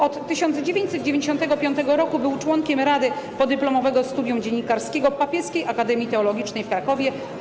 Od 1995 r. był członkiem Rady Podyplomowego Studium Dziennikarskiego Papieskiej Akademii Teologicznej w Krakowie.